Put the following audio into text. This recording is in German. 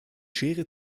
schere